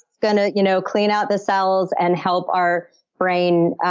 going to you know clean out the cells and help our brain,